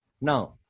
Now